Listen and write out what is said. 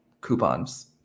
coupons